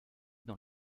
dans